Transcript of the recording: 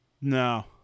No